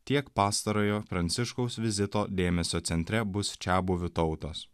tiek pastarojo pranciškaus vizito dėmesio centre bus čiabuvių tautos